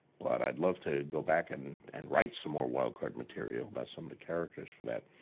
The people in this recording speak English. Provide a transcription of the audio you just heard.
but i'd love to go back and and write some more wild card material, about some of the characters for that.